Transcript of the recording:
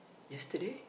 yesterday